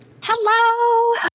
Hello